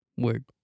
word